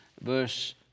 verse